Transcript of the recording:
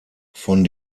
von